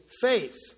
faith